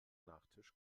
nachtisch